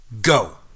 Go